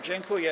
Dziękuję.